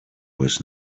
was